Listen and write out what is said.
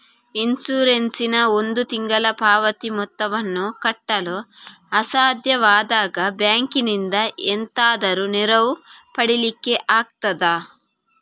Insurance ನ ಒಂದು ತಿಂಗಳ ಪಾವತಿ ಮೊತ್ತವನ್ನು ಕಟ್ಟಲು ಅಸಾಧ್ಯವಾದಾಗ ಬ್ಯಾಂಕಿನಿಂದ ಎಂತಾದರೂ ನೆರವು ಪಡಿಲಿಕ್ಕೆ ಆಗ್ತದಾ?